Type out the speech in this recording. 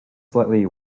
slightly